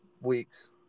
weeks